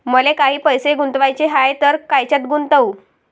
मले काही पैसे गुंतवाचे हाय तर कायच्यात गुंतवू?